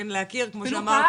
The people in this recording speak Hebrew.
כן להכיר כמו שאמרת,